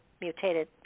mutated